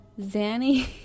Zanny